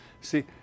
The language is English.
See